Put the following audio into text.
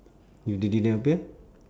you didn't appear